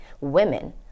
women